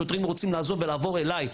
שוטרים רוצים לעזוב ולעבור אליי,